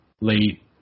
late